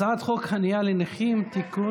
תן לי דקה.